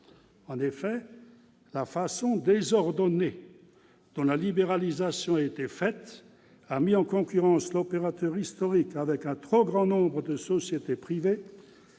En effet, la façon désordonnée dont la libéralisation a été menée a conduit à mettre en concurrence l'opérateur historique avec un trop grand nombre de sociétés privées,